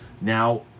now